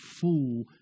fool